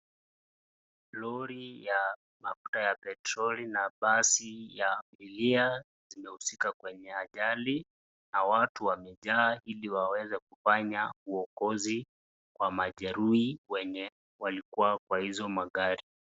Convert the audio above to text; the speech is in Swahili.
Lori ya mafuta ya petroli na basi ya abiria zimehusika kwenye ajali na watu wamejaa ili waweze kufanya uokozi wa majeruhi wenye walikuwa kwa hizo magari.